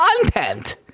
content